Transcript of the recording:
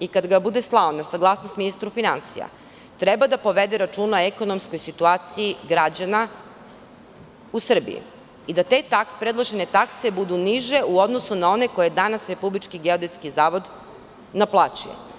i kada ga bude slao na saglasnost ministru finansija, treba da povede računa o ekonomskoj situaciji građana u Srbiji i da te predložene takse budu niže u odnosu na one koje danas RGZ naplaćuje.